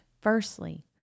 firstly